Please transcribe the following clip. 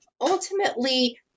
ultimately